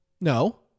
No